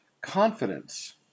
Confidence